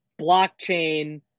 blockchain